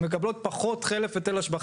אם נעבוד ככה בכל דבר שאנחנו נעשה,